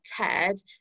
Ted